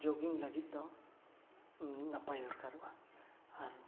jogging ᱞᱟᱹᱜᱤᱫ ᱫᱚ ᱱᱟᱯᱟᱭ ᱫᱚᱨᱠᱟᱨᱚᱜᱼᱟ ᱟᱨ